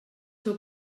seu